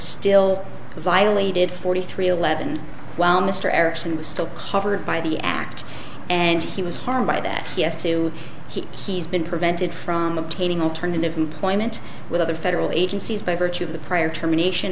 still violated forty three eleven while mr erickson was still covered by the act and he was harmed by that he has to he's been prevented from obtaining alternative employment with other federal agencies by virtue of the prior termination